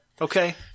Okay